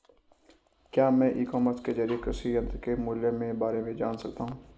क्या मैं e commerce के ज़रिए कृषि यंत्र के मूल्य में बारे में जान सकता हूँ?